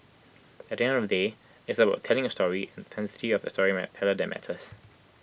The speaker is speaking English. at the end of the day it's about telling A story and the authenticity of storyteller that matters